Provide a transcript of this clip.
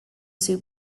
soup